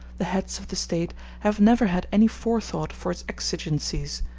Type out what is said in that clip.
the heads of the state have never had any forethought for its exigencies,